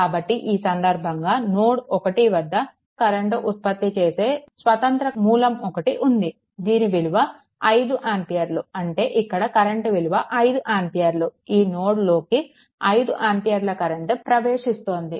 కాబట్టి ఈ సందర్భంగా నోడ్ 1 వద్ద కరెంట్ ఉత్పత్తి చేసే స్వతంత్ర మూలం ఒకటి ఉంది దీని విలువ 5 ఆంపియర్లు అంటే ఇక్కడ కరెంట్ విలువ 5 ఆంపియర్లు ఈ నోడ్ లోకి 5 ఆంపియర్ల కరెంట్ ప్రవేశిస్తోంది